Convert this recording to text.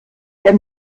der